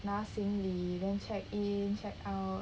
拿行李 then check in check out